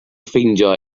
ffeindio